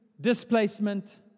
displacement